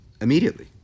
immediately